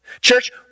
Church